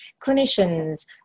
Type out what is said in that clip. clinicians